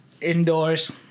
indoors